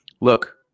Look